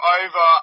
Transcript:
over